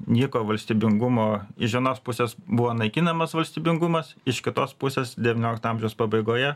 nyko valstybingumo iš vienos pusės buvo naikinamas valstybingumas iš kitos pusės devyniolikto amžiaus pabaigoje